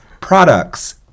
products